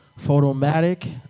Photomatic